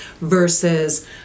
versus